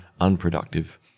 unproductive